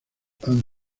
han